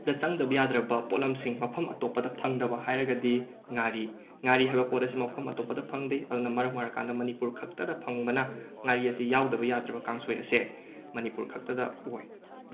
ꯗ ꯆꯪꯗꯕ ꯌꯥꯗ꯭ꯔꯕ ꯄꯣꯠꯂꯝꯁꯤꯡ ꯃꯐꯝ ꯑꯇꯣꯞꯄꯗ ꯐꯪꯗꯕ ꯍꯥꯏꯔꯒꯗꯤ ꯉꯥꯔꯤ ꯉꯥꯔꯤ ꯍꯥꯏꯕ ꯄꯣꯠ ꯑꯁꯤ ꯃꯐꯝ ꯑꯇꯣꯞꯄꯗ ꯐꯪꯗꯦ ꯑꯗꯨꯅ ꯃꯔꯝ ꯑꯣꯏꯔꯀꯥꯟꯗ ꯃꯅꯤꯄꯨꯔꯈꯛꯇꯗ ꯐꯪꯕꯅ ꯉꯥꯔꯤ ꯑꯁꯤ ꯌꯥꯎꯗꯕ ꯌꯥꯗ꯭ꯔꯕ ꯀꯥꯡꯁꯣꯏ ꯑꯁꯦ ꯃꯅꯤꯄꯨꯔ ꯈꯛꯇꯗ ꯑꯣꯏ